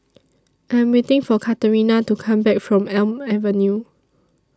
I'm waiting For Katarina to Come Back from Elm Avenue